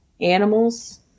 animals